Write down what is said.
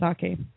sake